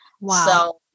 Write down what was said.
Wow